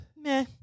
meh